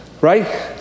right